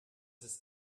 ist